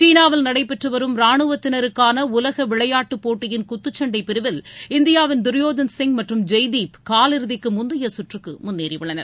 சீனாவில் நடைபெற்று வரும் ராணுவத்தினருக்கான உலக விளையாட்டுப் போட்டியின் குத்துச்சண்டை பிரிவில் இந்தியாவின் துரியோதன் சிங் மற்றும் ஜெய்தீப் காலிறுதிக்கு முந்தைய சுற்றுக்கு முன்னேறியுள்ளனர்